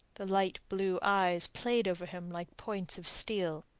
the light-blue eyes played over him like points of steel.